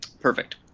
Perfect